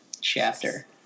chapter